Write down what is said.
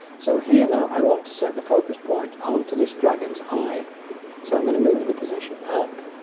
so here now i want to set the focus point on to this dragon's eye so i'm going to move the position up